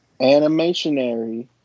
Animationary